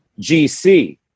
GC